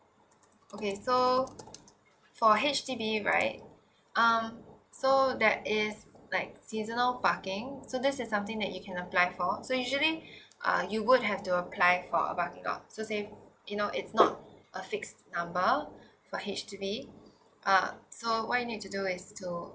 okay so for H_D_B right um so there is like seasonal parking so this is something that you can apply for so usually uh you would have to apply for a parking lot so say you know it's no a fixed number for H_D_B uh so what you need to do is to